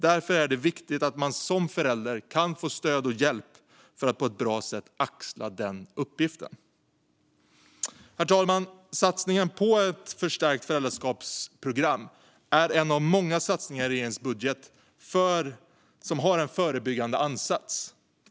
Därför är det viktigt att man som föräldrar kan få stöd och hjälp för att på ett bra sätt axla den uppgiften. Herr talman! Satsningen på ett förstärkt föräldraskapsprogram är en av många satsningar i regeringens budget som har en förebyggande ansats.